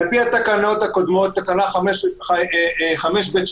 התקנות הקודמות, תקנה 5ב2